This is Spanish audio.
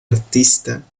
artista